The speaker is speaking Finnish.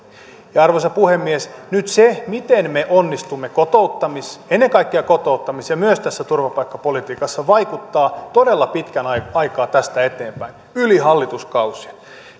arvoisa puhemies nyt se miten me onnistumme ennen kaikkea kotouttamis ja myös tässä turvapaikkapolitiikassa vaikuttaa todella pitkän aikaa aikaa tästä eteenpäin yli hallituskausien